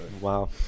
wow